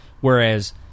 Whereas